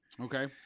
Okay